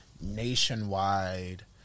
nationwide